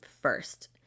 first